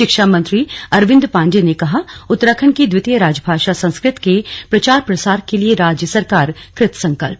शिक्षा मंत्री अरविंद पांडे ने कहा उत्तराखंड की द्वितीय राजभाषा संस्कृत के प्रचार प्रसार के लिऐ राज्य सरकार कृ त संकल्प